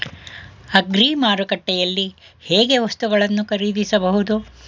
Agri ಮಾರುಕಟ್ಟೆಯಲ್ಲಿ ಹೇಗೆ ವಸ್ತುಗಳನ್ನು ಖರೀದಿಸಬಹುದು?